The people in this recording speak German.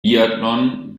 biathlon